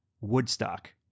Woodstock